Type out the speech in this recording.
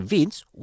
Vince